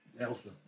Elsa